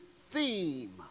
theme